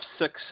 six